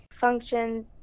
functions